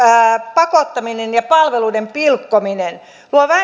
pakottaminen ja palveluiden pilkkominen luo